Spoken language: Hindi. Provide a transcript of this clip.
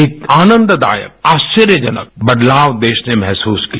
एक आनंददायक आश्दर्यजनक बदलाव देश ने महसूस किया